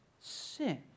sin